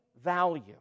value